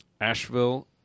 Asheville